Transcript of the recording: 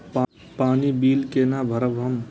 पानी बील केना भरब हम?